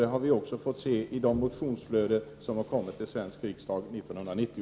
Det har den också gjort genom motionsflödet i Sveriges riksdag år 1990.